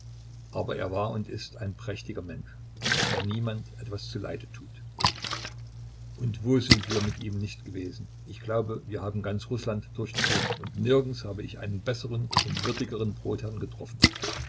aber er war und ist ein prächtiger mensch der niemand etwas zuleide tut und wo sind wir mit ihm nicht gewesen ich glaube wir haben ganz rußland durchzogen und nirgends habe ich einen besseren und würdigeren brotherrn getroffen